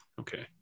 Okay